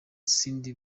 cindy